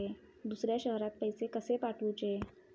दुसऱ्या शहरात पैसे कसे पाठवूचे?